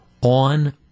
on